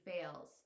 fails